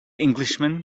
englishman